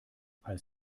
als